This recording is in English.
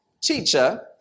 Teacher